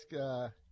ask